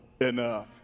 enough